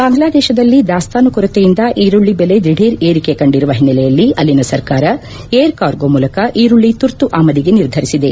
ಬಾಂಗ್ಲಾದೇಶದಲ್ಲಿ ದಾಸ್ತಾನು ಕೊರತೆಯಿಂದ ಈರುಳ್ಳಿ ಬೆಲೆ ದಿಢೀರ್ ಏರಿಕೆ ಕಂಡಿರುವ ಹಿನ್ನೆಲೆಯಲ್ಲಿ ಅಲ್ಲಿನ ಸರ್ಕಾರ ಏರ್ ಕಾರ್ಗೊ ಮೂಲಕ ಈರುಳ್ಳ ತುರ್ತು ಆಮದಿಗೆ ನಿರ್ಧರಿಸಿದೆ